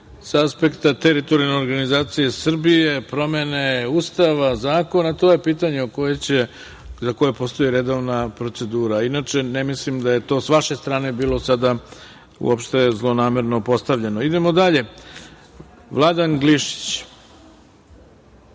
sa aspekta teritorijalne organizacije Srbije, promene Ustava, zakona. To je pitanje za koje postoji redovna procedura. Inače, ne mislim da je to sa vaše strane bilo zlonamerno postavljeno. Idemo dalje. Reč ima